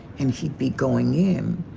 and he'd be going in.